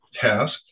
task